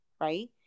right